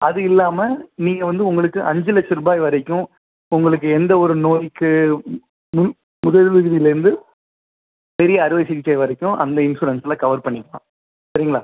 அது இல்லாமல் நீங்கள் வந்து உங்களுக்கு அஞ்சு லட்ச ருபாய் வரைக்கும் உங்களுக்கு எந்த ஒரு நோய்க்கு மு முதலுதவிலேருந்து பெரிய அறுவை சிகிச்சை வரைக்கும் அந்த இன்ஷுரன்ஸ்லே கவர் பண்ணிக்கலாம் சரிங்களா